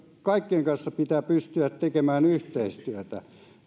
kaikkien kanssa pitää pystyä tekemään yhteistyötä